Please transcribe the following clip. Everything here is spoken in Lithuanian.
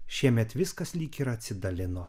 šiemet viskas lyg ir atsidalino